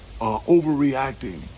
overreacting